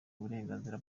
uburenganzira